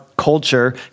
culture